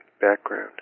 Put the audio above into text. background